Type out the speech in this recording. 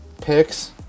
picks